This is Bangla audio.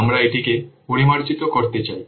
আমরা এটিকে পরিমার্জিত করতে চাই